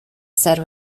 said